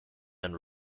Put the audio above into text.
and